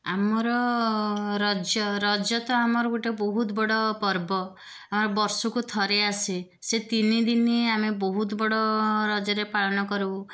ଆମର ରଜ ରଜ ତ ଆମର ଗୋଟେ ବହୁତ ବଡ଼ ପର୍ବ ଆମର ବର୍ଷକୁ ଥରେ ଆସେ ସେ ତିନି ଦିନ ଆମେ ବହୁତ ବଡ଼ ରଜରେ ପାଳନ କରୁ